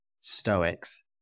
Stoics